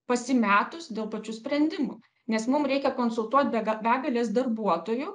pasimetus dėl pačių sprendimų nes mum reikia konsultuoti bega begales darbuotojų